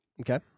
okay